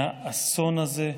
מהאסון הזה,